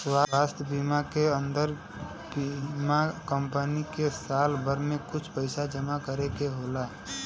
स्वास्थ बीमा के अन्दर बीमा कम्पनी के साल भर में कुछ पइसा जमा करे के होला